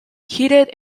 heated